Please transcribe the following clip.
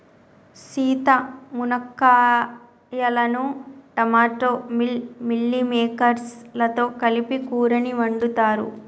సీత మునక్కాయలను టమోటా మిల్ మిల్లిమేకేర్స్ లతో కలిపి కూరని వండుతారు